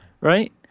Right